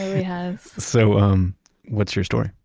has so um what's your story?